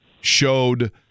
showed